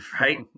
right